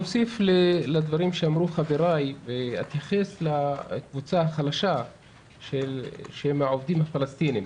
אוסיף לדברים שאמרו חבריי ואתייחס לקבוצה החלשה של העובדים הפלסטינים,